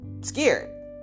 scared